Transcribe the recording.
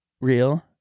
real